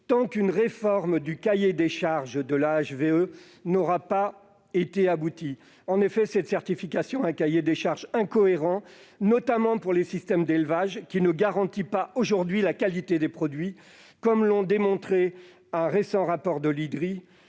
tant qu'une réforme du cahier des charges de la HVE n'aura pas abouti. En effet, cette certification repose sur un cahier des charges incohérent, notamment pour les systèmes d'élevage, qui ne garantit pas aujourd'hui la qualité des produits, comme l'ont démontré un récent rapport de l'Iddri